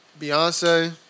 Beyonce